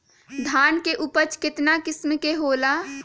धान के उपज केतना किस्म के होला?